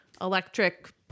electric